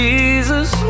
Jesus